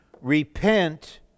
Repent